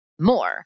more